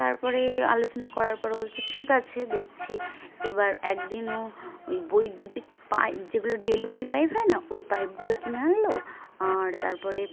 তারপরে আলোচনা করার পরে বলছে ঠিক আছে দেখছি এবার একদিন ও ওই বৈদ্যুতিক পাইপ যেগুলো ডেলিভারি পাইপ হয় না ওই পাইপগুলো কিনে আনলো আর তারপরে